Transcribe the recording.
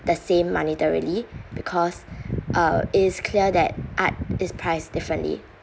the same monetarily because uh it is clear that art is priced differently